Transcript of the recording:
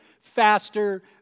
faster